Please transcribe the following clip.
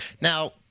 Now